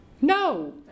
No